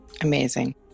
Amazing